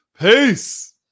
Peace